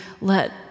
let